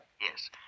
Yes